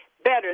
better